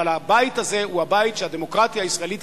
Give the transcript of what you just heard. אבל הבית הזה הוא הבית שהדמוקרטיה הישראלית